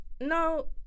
no